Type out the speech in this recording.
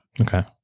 Okay